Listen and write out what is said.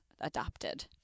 adopted